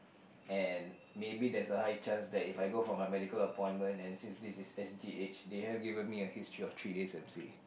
and maybe there's a high chance that if I go for my medical appointment and since this is S_G_H they have given me a history of three days M_C